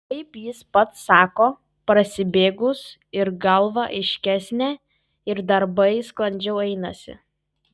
kaip jis pats sako prasibėgus ir galva aiškesnė ir darbai sklandžiau einasi